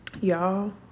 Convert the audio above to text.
Y'all